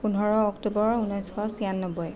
পোন্ধৰ অক্টোবৰ ঊনৈছশ চিয়ানব্বৈ